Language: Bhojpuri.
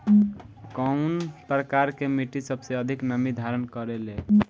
कउन प्रकार के मिट्टी सबसे अधिक नमी धारण करे ले?